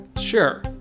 Sure